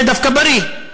זה דווקא בריא.